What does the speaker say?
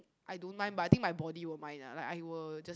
I don't mind but I think my body will mind lah like I will just